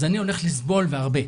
אז אני הולך לסבול והרבה.